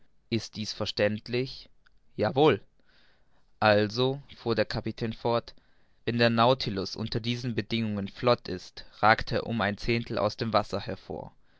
ist dies verständlich ja wohl also fuhr der kapitän fort wenn der nautilus unter diesen bedingungen flott ist ragt er um ein zehntheil aus dem wasser hervor